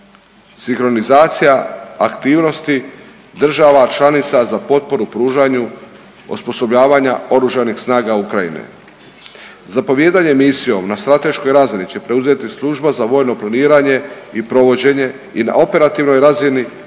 sinkronizacija aktivnosti država članica za potporu pružanju osposobljavanja Oružanih snaga Ukrajine. Zapovijedanje misijom na strateškoj razini će preuzeti služba za vojno planiranje i provođenje i na operativnoj razini